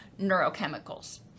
neurochemicals